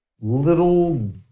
little